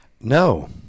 No